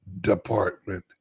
Department